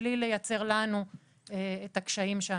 בלי לייצר לנו את הקשיים.